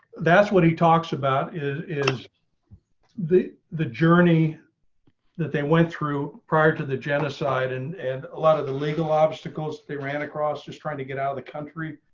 that's what he talks about is is the the journey that they went through prior to the genocide and and a lot of the legal obstacles they ran across just trying to get out of the country.